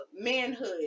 manhood